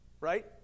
right